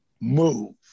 move